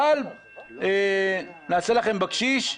אבל נעשה לכם בקשיש,